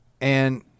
And-